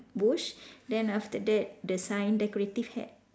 bush then after that the sign decorative hat